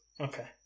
Okay